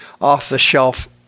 off-the-shelf